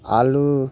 आलु